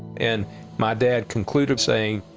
and my dad concluded saying,